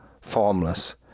formless